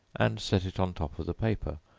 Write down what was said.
and set it on top of the paper,